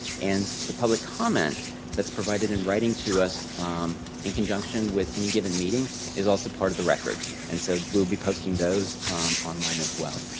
and the public comment that's provided in writing to us in conjunction with any given meeting is also part of the record. and so, we will be posting those online as well.